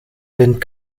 wind